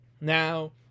Now